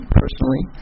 personally